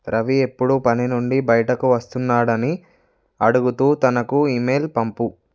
రవి ఎప్పుడు పని నుండి బయటకు వస్తున్నాడని అడుగుతూ తనకు ఇమెయిల్ పంపు